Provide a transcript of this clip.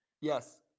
Yes